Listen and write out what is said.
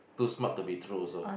too smart to be true also